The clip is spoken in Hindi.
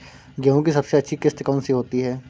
गेहूँ की सबसे अच्छी किश्त कौन सी होती है?